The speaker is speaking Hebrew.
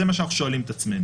זה מה שאנחנו שואלים את עצמנו.